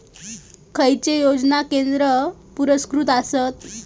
खैचे योजना केंद्र पुरस्कृत आसत?